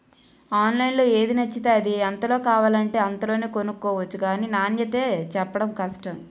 ఆన్లైన్లో ఏది నచ్చితే అది, ఎంతలో కావాలంటే అంతలోనే కొనుక్కొవచ్చు గానీ నాణ్యతే చెప్పడం కష్టం